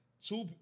Two